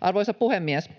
Arvoisa puhemies!